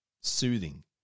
soothing